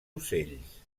ocells